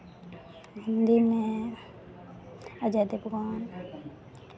हिन्दी में अजय देवगन